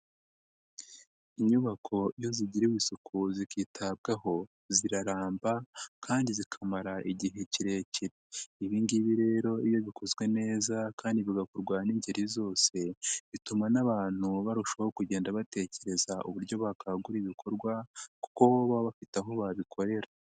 Inyubako iyo zigirirwa isuku zikitabwaho ziraramba kandi zikamara igihe kirekire ibingibi rero iyo bikozwe neza kandi bigakorwa n'ingeri zose bituma n'abantu barushaho kugenda batekereza uburyo bakagura ibikorwa kuko baba bafite aho babikorera.